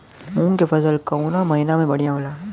मुँग के फसल कउना महिना में बढ़ियां होला?